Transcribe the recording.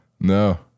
No